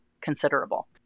considerable